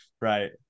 right